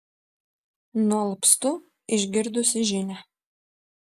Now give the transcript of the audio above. nualpstu išgirdusi žinią